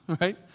right